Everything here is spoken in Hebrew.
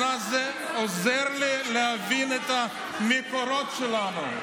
הוא ענה: זה עוזר לי להבין את המקורות שלנו.